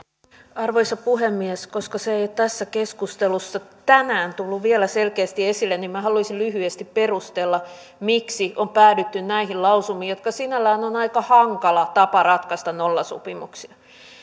arvoisa puhemies koska se ei ole tässä keskustelussa tänään tullut vielä selkeästi esille niin haluaisin lyhyesti perustella miksi on päädytty näihin lausumiin joissa sinällään ehdotetaan aika hankalaa tapaa ratkaista nollasopimuksia